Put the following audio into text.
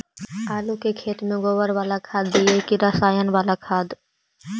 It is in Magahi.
आलू के खेत में गोबर बाला खाद दियै की रसायन बाला खाद?